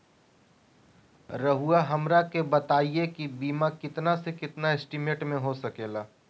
रहुआ हमरा के बताइए के बीमा कितना से कितना एस्टीमेट में हो सके ला?